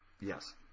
yes